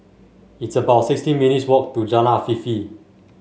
it's about sixteen minutes walk to Jalan Afifi